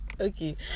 Okay